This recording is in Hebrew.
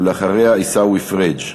ואחריה, עיסאווי פריג'.